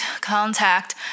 contact